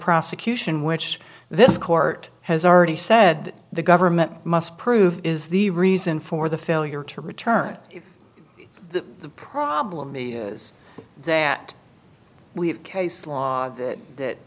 prosecution which this court has already said the government must prove is the reason for the failure to return the the problem is that we have case law that